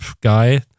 guy